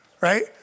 right